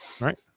Right